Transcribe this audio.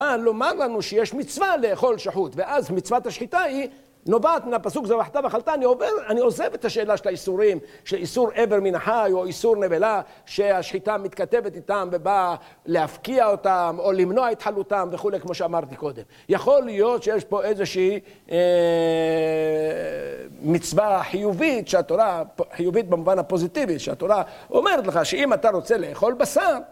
בא לומד לנו שיש מצווה לאכול שחוט, ואז מצוות השחיטה היא נובעת מן הפסוק זבחת ואכלת, אני עוזב את השאלה של האיסורים שאיסור אבר מן החי או איסור נבלה שהשחיטה מתכתבת איתם ובאה להפקיע אותם או למנוע את חלותם וכו' כמו שאמרתי קודם. יכול להיות שיש פה איזושהי מצווה חיובית שהתורה חיובית במובן הפוזיטיבי שהתורה אומרת לך שאם אתה רוצה לאכול בשר